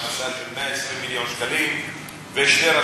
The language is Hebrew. יש לה הכנסה של 120 מיליון שקלים,